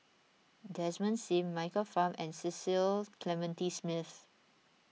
Desmond Sim Michael Fam and Cecil Clementi Smith